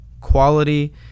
quality